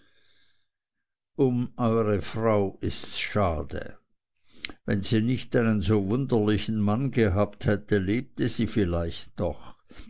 um euere frau ists schade wenn sie nicht einen so wunderlichen mann gehabt hätte sie lebte vielleicht noch